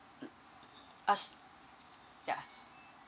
mm as yeah